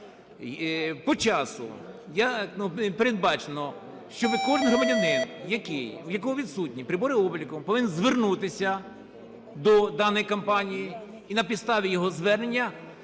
Я… ну, передбачено, щоб кожен громадянин, в якого відсутні прибори обліку, повинен звернутися до даної компанії і на підставі його звернення